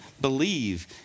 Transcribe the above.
believe